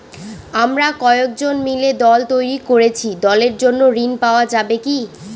আমরা কয়েকজন মিলে দল তৈরি করেছি দলের জন্য ঋণ পাওয়া যাবে কি?